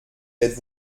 êtes